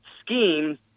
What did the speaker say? scheme